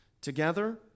together